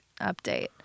update